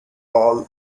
all